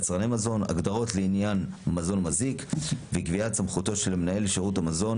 הגדרות לעניין מזון מזיק וקביעת סמכותו של מנהל שירות המזון